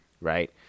right